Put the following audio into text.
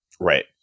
Right